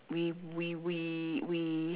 we we we we